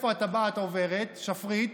איפה הטבעת עוברת, שפרית?